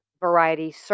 variety